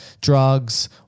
drugs